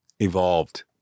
evolved